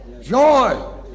joy